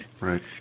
right